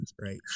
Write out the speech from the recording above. right